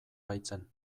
baitzen